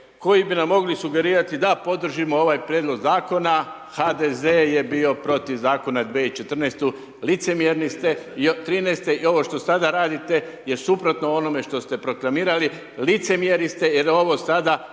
koji bi nam mogli sugerirati da podržimo ovaj prijedlog zakona, HDZ je bio protiv zakon 2014. licemjerni ste i '13. i ovo što sada radite je suprotno onome što ste proklamirali licemjeri ste jer ovo sada